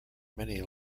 many